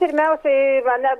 pirmiausiai mane